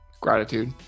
gratitude